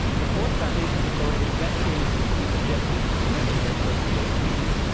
the fourth foundation is authority respect. here you see submissive gestures from two members of very closely related species.